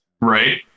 Right